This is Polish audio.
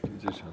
450